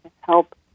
help